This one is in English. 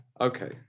Okay